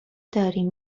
داری